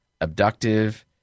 abductive